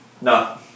no